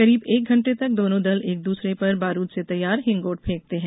करीब एक घंटे तक दोनो दल एक दूसरे पर बारूद से तैयार हिंगोट फेकते हैं